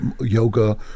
yoga